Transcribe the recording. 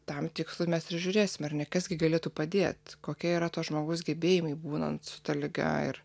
tam tikslui mes ir žiūrėsim ar ne kas gi galėtų padėti kokie yra to žmogaus gebėjimai būnant su ta liga ir